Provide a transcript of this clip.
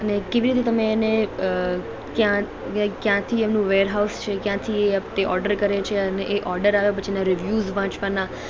અને કેવી રીતે તમે એને અં ક્યાં અ ક્યાંથી એમનું વેરહાઉસ છે ક્યાંથી એ અ તે ઓર્ડર કરે છે અને એ ઓર્ડર આવ્યા પછીના રિવ્યૂઝ વાંચવાના